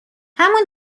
همون